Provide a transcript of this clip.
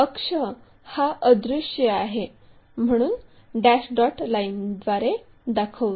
अक्ष हा अदृश्य आहे म्हणून डॅश डॉट लाईनद्वारे दाखवू